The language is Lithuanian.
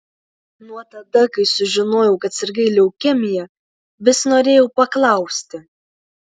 nuo tada kai sužinojau kad sirgai leukemija vis norėjau paklausti